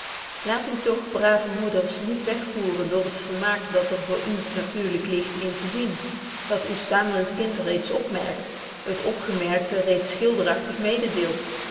laat u toch brave moeders niet weg voeren door het vermaak dat er voor u natuurlyk ligt in te zien dat uw stamelend kind reeds opmerkt het opgemerkte reeds schilderagtig